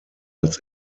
als